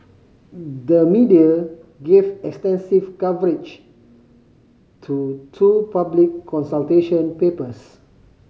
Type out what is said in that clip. the media gave extensive coverage to two public consultation papers